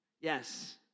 Yes